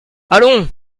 allons